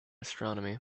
astronomy